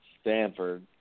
Stanford